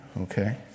Okay